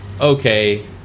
Okay